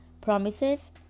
promises